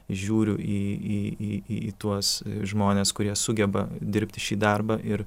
žiūriu į į į į tuos žmones kurie sugeba dirbti šį darbą ir